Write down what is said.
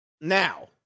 Now